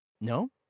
no